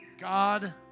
God